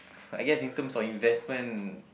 I guess in terms of investment